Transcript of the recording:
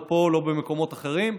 לא פה ולא במקומות אחרים,